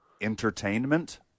Entertainment